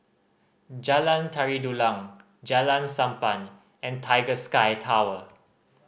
Jalan Tari Dulang Jalan Sappan and Tiger Sky Tower